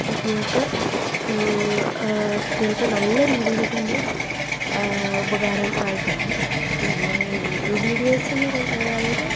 കുട്ടികൾക്ക് കുട്ടികൾക്ക് നല്ല രീതിയിൽ തന്നെ ഉപകാരം ആയിട്ടുണ്ട് പിന്നെ യൂട്യൂബ് വീഡിയോസ് എന്ന് പറയുമ്പം അതായത്